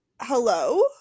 Hello